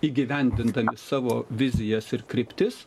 įgyvendindami savo vizijas ir kryptis